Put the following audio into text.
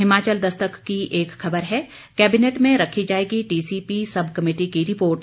हिमाचल दस्तक की एक खबर है कैबिनेट में रखी जाएगी टीसीपी सब कमेटी की रिपोर्ट